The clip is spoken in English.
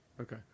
Okay